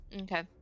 Okay